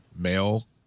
Male